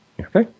Okay